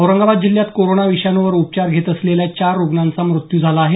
औरंगाबाद जिल्ह्यात कोरोना विषाणूवर उपचार घेत असलेल्या चार रुग्णांचा मृत्यू झाला आहे